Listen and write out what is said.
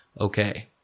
Okay